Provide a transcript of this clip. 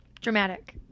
dramatic